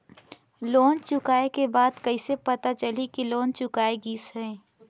Loan चुकाय के बाद कइसे पता चलही कि लोन चुकाय गिस है?